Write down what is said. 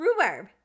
rhubarb